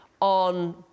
on